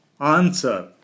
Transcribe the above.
Answer